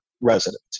resident